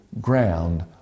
ground